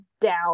down